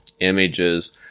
images